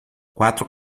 quatro